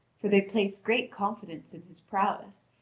for they place great confidence in his prowess,